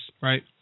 right